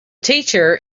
teacher